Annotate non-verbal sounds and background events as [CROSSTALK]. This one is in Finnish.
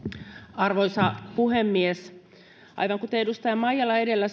arvoisa puhemies aivan kuten edustaja maijala edellä [UNINTELLIGIBLE]